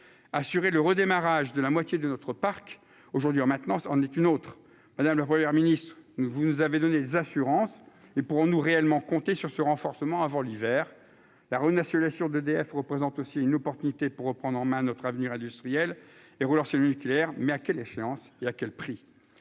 assurer le redémarrage de la moitié de notre parc aujourd'hui maintenant en est une autre Madame la première ministre, vous nous avez donné des assurances et pour nous réellement compter sur ce renforcement avant l'hiver, la rue nationale sur d'EDF représente aussi une opportunité pour reprendre en main notre avenir industriel et Roulers celui nucléaire mais à quelle échéance et à quel prix